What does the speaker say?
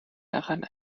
daran